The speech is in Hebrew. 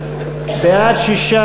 בעד, 6,